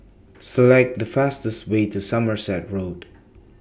Select The fastest Way to Somerset Road